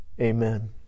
amen